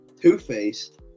two-faced